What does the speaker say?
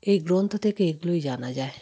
এই গ্রন্থ থেকে এগুলোই জানা যায়